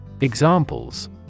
Examples